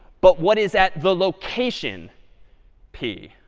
but what is at the location p?